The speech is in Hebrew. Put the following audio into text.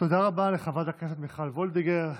תודה רבה לחברת הכנסת מיכל וולדיגר.